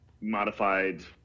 modified